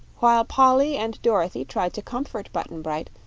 while polly and dorothy tried to comfort button-bright,